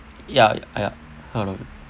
ya ya hello